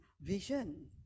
vision